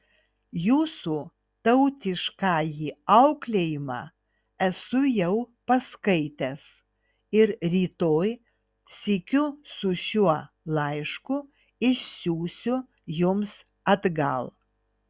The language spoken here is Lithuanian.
jūsų tautiškąjį auklėjimą esu jau paskaitęs ir rytoj sykiu su šiuo laišku išsiųsiu jums atgal